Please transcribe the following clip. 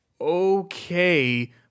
okay